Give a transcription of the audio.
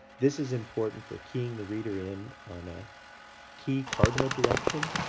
this is important for keying the reader in on a key cardinal direction.